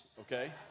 okay